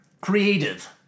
creative